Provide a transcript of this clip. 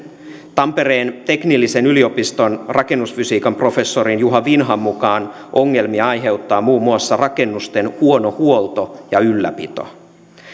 tampereen teknillisen yliopiston rakennusfysiikan professori juha vinhan mukaan ongelmia aiheuttaa muun muassa rakennusten huono huolto ja ylläpito